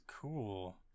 cool